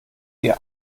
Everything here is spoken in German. ihr